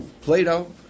Plato